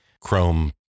chrome